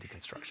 deconstruction